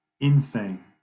insane